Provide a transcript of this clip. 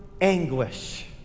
anguish